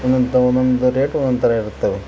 ಒನ್ನೊಂದು ತಗೋ ಒನ್ನೊಂದು ರೇಟು ಒನ್ನೊಂದು ಥರ ಇರುತ್ತವೆ